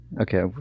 okay